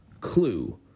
Clue